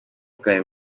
bwari